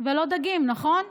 ולא דגים, נכון?